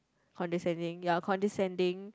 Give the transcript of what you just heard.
condescending ya condescending